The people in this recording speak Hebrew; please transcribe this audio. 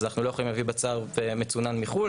אז אנחנו לא יכולים להביא בשר מצונן מחו"ל,